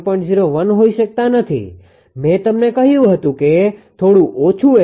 01 હોઈ શકતા નથી મેં તમને કહ્યું હતું કે તે થોડું ઓછું એટલે કે 0